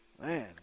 Man